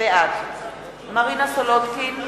בעד מרינה סולודקין,